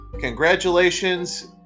congratulations